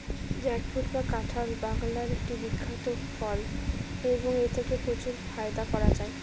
jackfruit বা কাঁঠাল বাংলার একটি বিখ্যাত ফল এবং এথেকে প্রচুর ফায়দা করা য়ায়